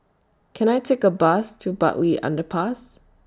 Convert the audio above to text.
Can I Take A Bus to Bartley Underpass